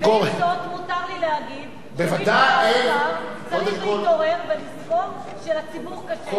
ועם זאת מותר לי להגיד שמישהו באוצר צריך להתעורר ולזכור שלציבור קשה.